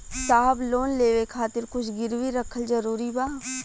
साहब लोन लेवे खातिर कुछ गिरवी रखल जरूरी बा?